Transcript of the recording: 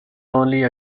only